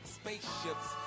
spaceships